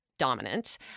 dominant